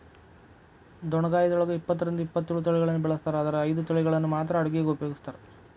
ಡೊಣ್ಣಗಾಯಿದೊಳಗ ಇಪ್ಪತ್ತರಿಂದ ಇಪ್ಪತ್ತೇಳು ತಳಿಗಳನ್ನ ಬೆಳಿಸ್ತಾರ ಆದರ ಐದು ತಳಿಗಳನ್ನ ಮಾತ್ರ ಅಡುಗಿಗ ಉಪಯೋಗಿಸ್ತ್ರಾರ